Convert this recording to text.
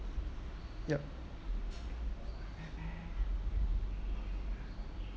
yup